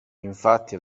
infatti